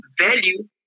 value